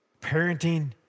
parenting